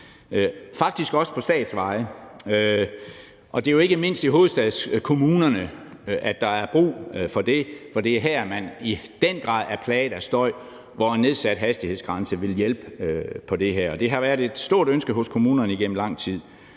faktisk også på statsveje. Og det er jo ikke mindst i hovedstadskommunerne, at der er brug for det, for det er her, man i den grad er plaget af støj, hvor en nedsat hastighedsgrænse ville hjælpe på det. Det har været et stort ønske hos kommunerne igennem lang tid.